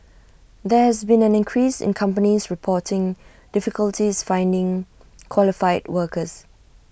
there has been an increase in companies reporting difficulties finding qualified workers